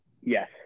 Yes